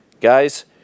guys